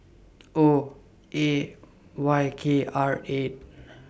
O A Y K R eight